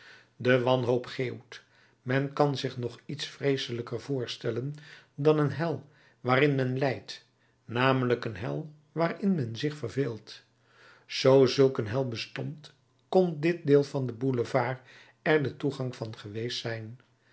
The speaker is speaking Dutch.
de wanhoop geeuwt men kan zich nog iets vreeselijker voorstellen dan een hel waarin men lijdt namelijk een hel waarin men zich verveelt zoo zulk een hel bestond kon dit deel van den boulevard er de toegang van geweest zijn